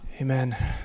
Amen